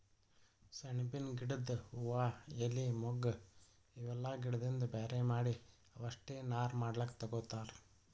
ಸೆಣಬಿನ್ ಗಿಡದ್ ಹೂವಾ ಎಲಿ ಮೊಗ್ಗ್ ಇವೆಲ್ಲಾ ಗಿಡದಿಂದ್ ಬ್ಯಾರೆ ಮಾಡಿ ಅವಷ್ಟೆ ನಾರ್ ಮಾಡ್ಲಕ್ಕ್ ತಗೊತಾರ್